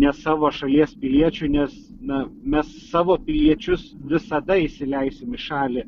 ne savo šalies piliečių nes na mes savo piliečius visada įsileisim į šalį